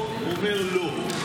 הוא אומר לא.